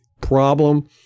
problem